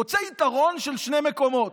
הוא רוצה יתרון של שני מקומות.